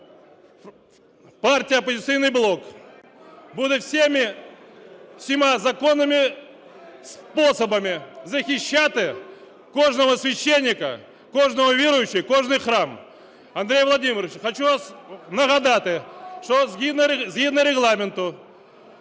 Партія "Опозиційний блок" буде всіма законними способами захищати кожного священика, кожного віруючого, кожен храм. Андрій Володимирович, хочу вам нагадати, що згідно Регламенту,